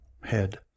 head